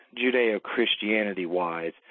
Judeo-Christianity-wise